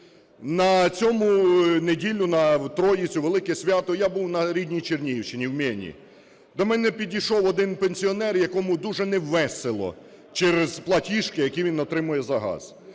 На цьому… в неділю, на Трійцю, велике свято, я був на рідній Чернігівщині, в Мені. До мене підійшов один пенсіонер, якому дуже невесело через платіжки, які він отримує за газ.